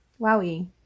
Wowie